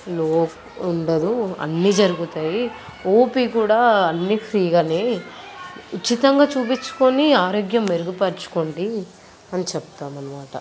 లోటు ఉండదు అన్నీ జరుగుతాయి ఓపి కూడా అన్ని ఫ్రీగానే ఉచితంగా చూపించుకొని ఆరోగ్యం మెరుగుపరుచుకోండి అని చెప్తాము అన్నమాట